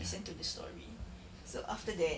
listen to the story so after that